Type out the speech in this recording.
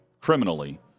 criminally –